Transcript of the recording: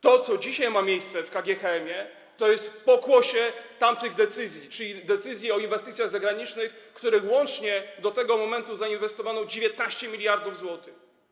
To, co dzisiaj ma miejsce w KGHM-ie, to pokłosie tamtych decyzji, czyli decyzji o inwestycjach zagranicznych, w ramach których łącznie do tego momentu zainwestowano 19 mld zł.